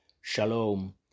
Shalom